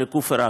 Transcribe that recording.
או כפר עקב.